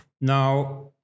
Now